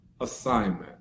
assignment